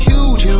Huge